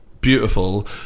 beautiful